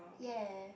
ya